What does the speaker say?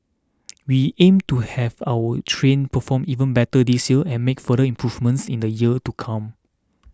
we aim to have our trains perform even better this year and make further improvements in the years to come